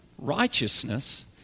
righteousness